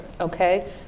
okay